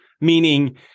meaning